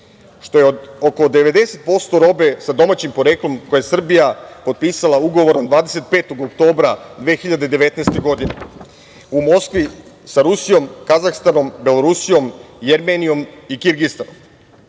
što je od oko 90% robe sa domaćim poreklom, koje je Srbija potpisala ugovorom 25. oktobra 2019. godine u Moskvi sa Rusijom, Kazahstanom, Belorusijom, Jermenijom i Kirgistanom. Sada,